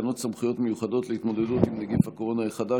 תקנות סמכויות מיוחדות להתמודדות עם נגיף הקורונה החדש